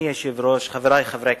אדוני היושב-ראש, חברי חברי הכנסת,